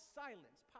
silence